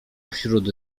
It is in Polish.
wśród